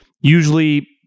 usually